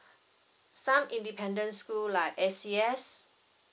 some independent school like A_C_S